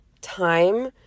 time